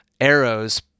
arrows